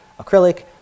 acrylic